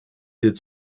did